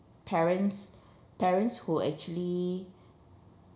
parents parents who actually